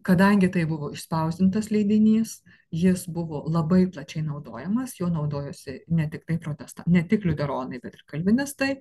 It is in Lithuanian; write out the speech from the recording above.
kadangi tai buvo išspausdintas leidinys jis buvo labai plačiai naudojamas juo naudojosi ne tiktai protesta ne tik liuteronai kalvinistai